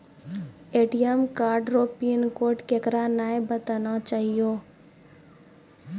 ATM card रो pin code केकरै नाय बताना चाहियो